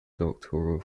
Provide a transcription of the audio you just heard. doctoral